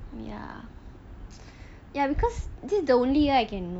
ya because this is the only year I can